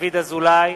דוד אזולאי,